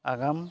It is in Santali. ᱟᱜᱟᱢ